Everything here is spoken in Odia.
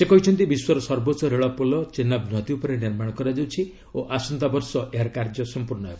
ସେ କହିଛନ୍ତି ବିଶ୍ୱର ସର୍ବୋଚ୍ଚ ରେଳ ପୋଲ ଚେନ୍ନାବ୍ ନଦୀ ଉପରେ ନିର୍ମାଣ କରାଯାଉଛି ଓ ଆସନ୍ତାବର୍ଷ ଏହାର କାର୍ଯ୍ୟ ସମ୍ପର୍ଣ୍ଣ ହେବ